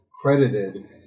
credited